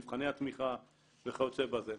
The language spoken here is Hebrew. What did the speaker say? מבחני התמיכה וכיוצא בזה.